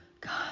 God